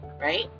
right